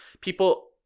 people